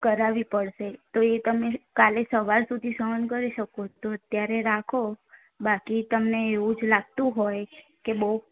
કરાવવી પડશે તો એ તમને કાલે સવાર સુધી સહન કરી શકો તો ત્યારે રાખો બાકી તમને એવું જ લાગતું હોય કે બઉ